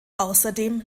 außerdem